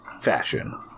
fashion